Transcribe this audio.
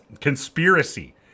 conspiracy